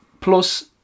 Plus